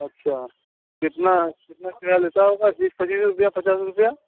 अच्छा कितना कितना किराया लेता होगा बीस रुपये पच्चीस रुपये पचास रुपये